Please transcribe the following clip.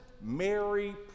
Mary